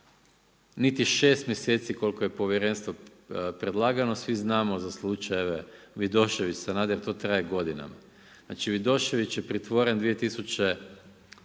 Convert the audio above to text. niti 6 mjeseci koliko je povjerenstvo predlagano. Svi znamo za slučajeve Vidošević, Sanader, to traje godina. Znači Vidošević je pritvoren čini